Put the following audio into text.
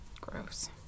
Gross